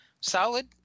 solid